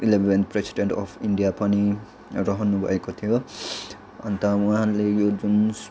eleventh president of India पनि रहनु भएको थियो अन्त उहाँले यो जुन